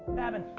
babin,